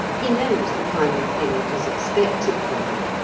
he knows the kind of thing that is expected from him,